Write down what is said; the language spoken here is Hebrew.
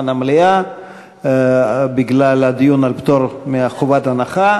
המליאה בגלל הדיון על פטור מחובת הנחה,